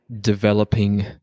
developing